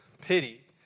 Pity